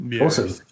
Awesome